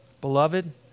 Beloved